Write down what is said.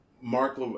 Mark